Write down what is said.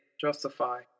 justify